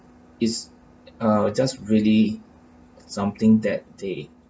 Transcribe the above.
it's are just really something that they